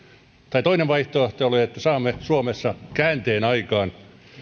tai toinen vaihtoehto saamme suomessa käänteen aikaan